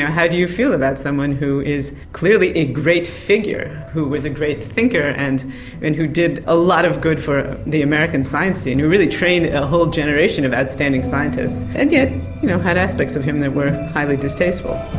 how do you feel about someone who is clearly a great figure, who was a great thinker and and who did a lot of good for the american science scene, who really trained a whole generation of outstanding scientists and yet you know had aspects of him that were highly distasteful.